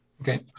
Okay